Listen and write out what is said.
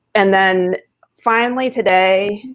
and then finally today,